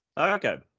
Okay